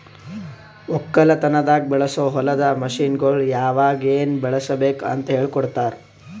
ಒಕ್ಕಲತನದಾಗ್ ಬಳಸೋ ಹೊಲದ ಮಷೀನ್ಗೊಳ್ ಯಾವಾಗ್ ಏನ್ ಬಳುಸಬೇಕ್ ಅಂತ್ ಹೇಳ್ಕೋಡ್ತಾರ್